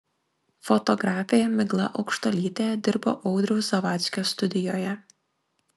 fotografė migla aukštuolytė dirbo audriaus zavadskio studijoje